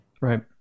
right